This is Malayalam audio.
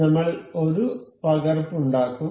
നമ്മൾ ഒരു പകർപ്പ് ഉണ്ടാക്കും